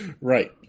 Right